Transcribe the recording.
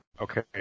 Okay